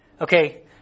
Okay